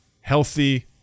healthy